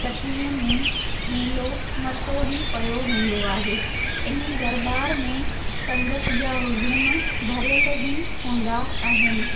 कटनीअ में मेलो मथो र्र पयो हूंदो आहे इन ई दरबार में संगत जा हुज़ूम भरियल ई हूंदा आहिनि